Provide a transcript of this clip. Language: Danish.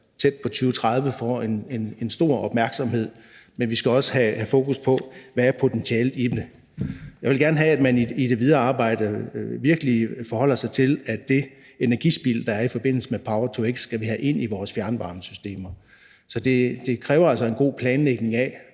tæt på 2030 får stor opmærksomhed – at vi også skal have fokus på, hvad potentialet er i det. Jeg vil gerne have, at man i det videre arbejde virkelig forholder sig til, at det energispild, der er i forbindelse med power-to-x, skal vi have ind i vores fjernvarmesystemer. Så det kræver altså en god planlægning af,